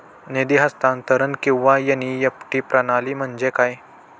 निधी हस्तांतरण किंवा एन.ई.एफ.टी प्रणाली म्हणजे काय?